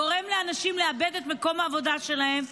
גורם לאנשים לאבד את מקום העבודה שלהם,